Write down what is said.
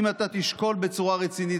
אם אתה תשקול בצורה רצינית,